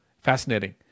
fascinating